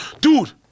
dude